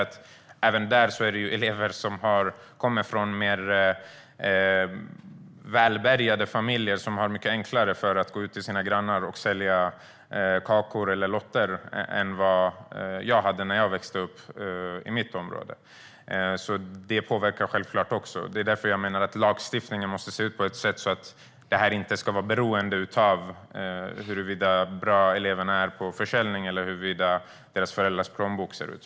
Det finns elever som kommer från mer välbärgade familjer och som har mycket lättare för att gå till sina grannar och sälja kakor eller lotter än vad jag hade när jag växte upp i mitt område. Det påverkar självklart också. Det är därför jag menar att lagstiftningen måste se ut på ett sådant sätt att detta inte ska vara beroende av hur bra eleverna är på försäljning eller hur deras föräldrars plånbok ser ut.